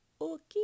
Okay